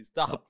Stop